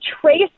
trace